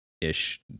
ish